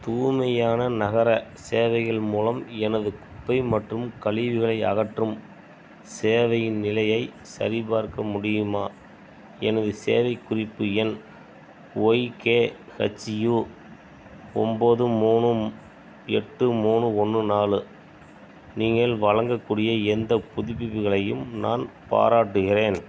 தூய்மையான நகர சேவைகள் மூலம் எனது குப்பை மற்றும் கழிவுகளை அகற்றும் சேவையின் நிலையைச் சரிபார்க்க முடியுமா எனது சேவை குறிப்பு எண் ஒய்கேஹச்யு ஒம்பது மூணு மு எட்டு மூணு ஒன்று நாலு நீங்கள் வழங்கக்கூடிய எந்த புதுப்பிப்புகளையும் நான் பாராட்டுகிறேன்